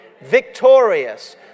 Victorious